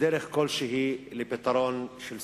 בדרך כלשהי לפתרון של סכסוך.